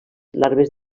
larves